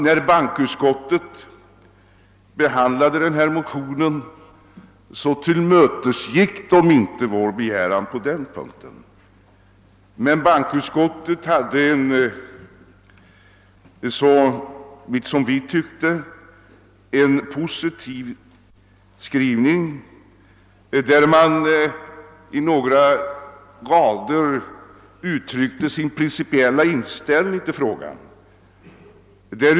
Vid behandlingen av motionen ansåg sig bankoutskottet inte kunna tillstyrka vår begäran på den punkten, men utskottet gjorde en enligt motionärernas mening positiv skrivning när det med några rader uttryckte sin principiella inställning till frågan.